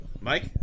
Mike